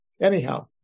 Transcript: anyhow